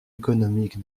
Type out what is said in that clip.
économique